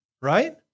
right